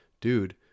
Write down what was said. dude